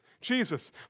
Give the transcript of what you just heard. Jesus